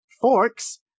forks